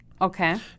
Okay